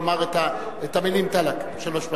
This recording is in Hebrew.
לומר את המלים "טַלאק" שלוש פעמים.